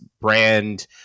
brand